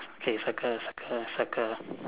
okay circle circle circle